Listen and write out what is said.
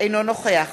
אינו נוכח